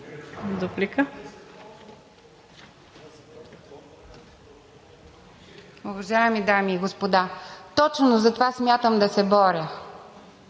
Дуплика?